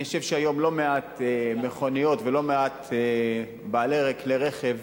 אני חושב שהיום לא מעט מכוניות ולא מעט בעלי כלי רכב